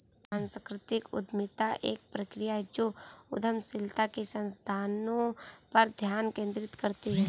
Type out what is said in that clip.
सांस्कृतिक उद्यमिता एक प्रक्रिया है जो उद्यमशीलता के संसाधनों पर ध्यान केंद्रित करती है